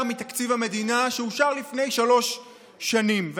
מתקציב המדינה שאושר לפני שלוש שנים.